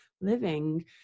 living